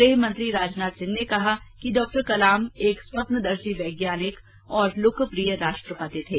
गृहमंत्री राजनाथ सिंह ने कहा कि डॉक्टर कलाम एक स्वप्नदर्शी वैज्ञानिक और लोकप्रिय राष्ट्रपति थे